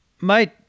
mate